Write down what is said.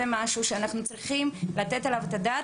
זה משהו שאנחנו צריכים לתת עליו את הדעת